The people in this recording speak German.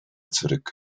zurück